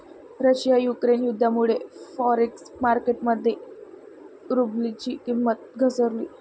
Russia Ukraine युद्धामुळे forex market मध्ये रुबलची किंमत घसरली